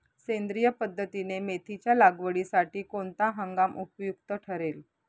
सेंद्रिय पद्धतीने मेथीच्या लागवडीसाठी कोणता हंगाम उपयुक्त ठरेल?